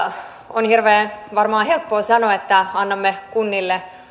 on varmaan helppoa sanoa että annamme kunnille